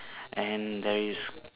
and there is